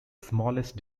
smallest